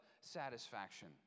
satisfaction